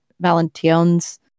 Valentines